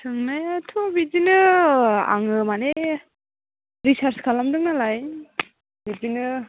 सोंनायाथ' बिदिनो आङो माने रिसार्च खालामदों नालाय बिदिनो